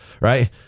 Right